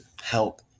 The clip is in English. help